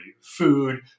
food